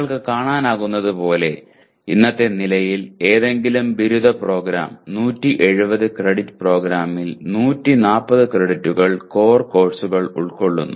നിങ്ങൾക്ക് കാണാനാകുന്നതുപോലെ ഇന്നത്തെ നിലയിൽ ഏതെങ്കിലും ബിരുദ പ്രോഗ്രാം 170 ക്രെഡിറ്റ് പ്രോഗ്രാമിൽ 140 ക്രെഡിറ്റുകൾ കോർ കോഴ്സുകൾ ഉൾക്കൊള്ളുന്നു